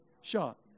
shot